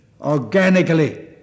organically